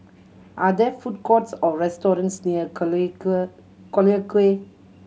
are there food courts or restaurants near Collyer Collyer Quay